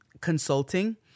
consulting